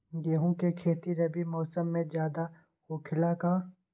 गेंहू के खेती रबी मौसम में ज्यादा होखेला का?